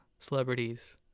celebrities